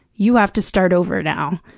you have to start over now.